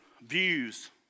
views